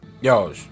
Yo